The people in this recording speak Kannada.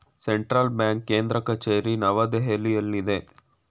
ಸೆಂಟ್ರಲ್ ಬ್ಯಾಂಕ್ ಕೇಂದ್ರ ಕಚೇರಿ ನವದೆಹಲಿಯಲ್ಲಿದೆ